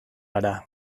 gara